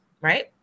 right